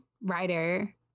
writer